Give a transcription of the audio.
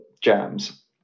jams